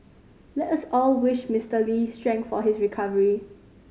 let us all wish Mister Lee strength for his recovery